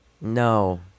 No